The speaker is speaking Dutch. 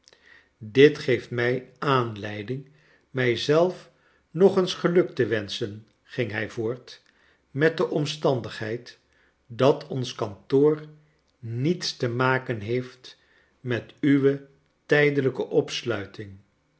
dit geeft mij aanleiding mij zelf nog eens geluk te wenschen ging hij voort met de ornstandigheid dat ons kantoor niets te maken heeft met uwe tijdelijke opsluiting